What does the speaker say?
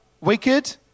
wicked